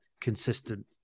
consistent